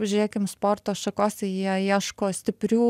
pažiūrėkim sporto šakose jie ieško stiprių